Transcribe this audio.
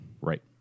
Right